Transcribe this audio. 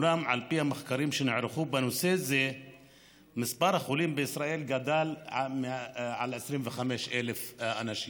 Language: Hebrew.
על פי המחקרים שנערכו בנושא זה מספר החולים בישראל גדול מ-25,000 אנשים.